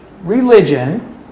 religion